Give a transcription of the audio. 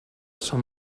són